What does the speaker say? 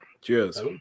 Cheers